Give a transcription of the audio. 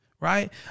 right